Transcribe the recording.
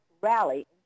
rally